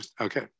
Okay